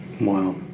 Wow